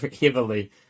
heavily